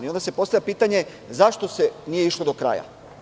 Onda se postavlja pitanje - zašto se nije išlo do kraja?